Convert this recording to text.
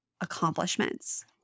accomplishments